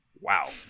wow